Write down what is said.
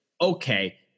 okay